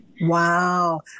Wow